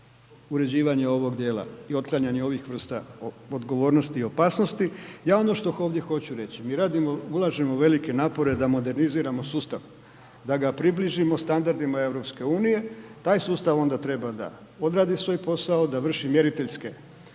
uređivanje ovog dijela i otklanjanje ovih vrsta odgovornosti i opasnosti. Ja ono što ovdje hoću reći mi radimo, ulažemo velike napore da moderniziramo sustav, da ga približimo standardima EU, taj sustav onda treba da odradi svoj posao da vrši mjeriteljske,